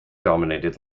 dominated